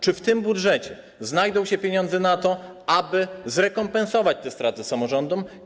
Czy w tym budżecie znajdą się pieniądze na to, aby zrekompensować te straty samorządom?